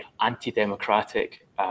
anti-democratic